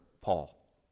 Paul